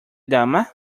dama